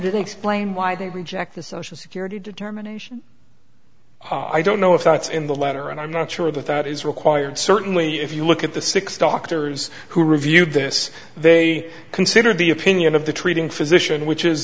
didn't explain why they reject the social security determination i don't know if that's in the letter and i'm not sure that that is required certainly if you look at the six doctors who reviewed this they considered the opinion of the treating physician which is